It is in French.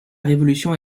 révolution